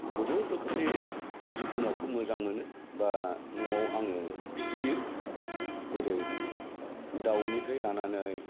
बहुद रोखोमनि जिब जुनारखौ मोजां मोनो बा नआव आङो फिसियो जेरै दाउनिफ्राय लानानै